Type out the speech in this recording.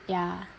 ya